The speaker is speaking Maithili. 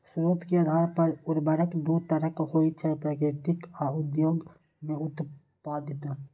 स्रोत के आधार पर उर्वरक दू तरहक होइ छै, प्राकृतिक आ उद्योग मे उत्पादित